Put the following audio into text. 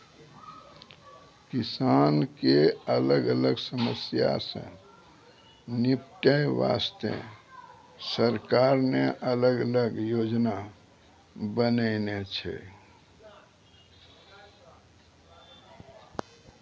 किसान के अलग अलग समस्या सॅ निपटै वास्तॅ सरकार न अलग अलग योजना बनैनॅ छै